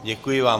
Děkuji vám.